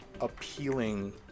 appealing